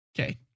Okay